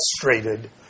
frustrated